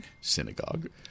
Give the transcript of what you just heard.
synagogue